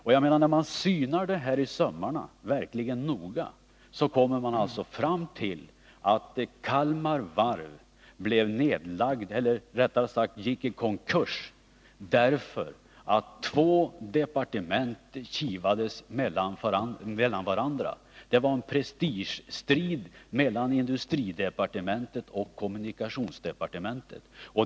Den som verkligt noga synar den här frågan i sömmarna kommer fram till att Kalmar Varv gick i konkurs därför att två departement kivades med varandra. Det var en prestigestrid mellan industridepartementet och kommunikationsdepartementet.